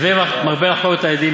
"הווי מרבה לחקור את העדים,